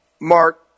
Mark